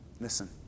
Listen